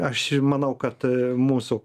aš manau kad mūsų